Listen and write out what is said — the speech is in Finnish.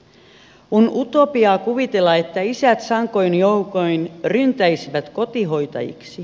on utopiaa kuvitella että isät sankoin joukoin ryntäisivät kotihoitajiksi